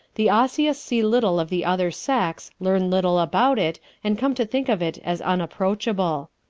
the osseous see little of the other sex, learn little about it and come to think of it as unapproachable.